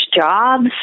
jobs